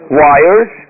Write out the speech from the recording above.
wires